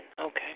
Okay